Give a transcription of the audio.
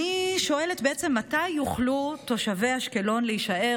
אני שואלת: מתי יוכלו תושבי אשקלון להישאר